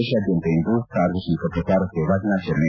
ದೇಶಾದ್ಯಂತ ಇಂದು ಸಾರ್ವಜನಿಕ ಪ್ರಸಾರ ಸೇವಾ ದಿನಾಚರಣೆ